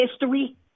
history